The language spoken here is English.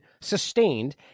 sustained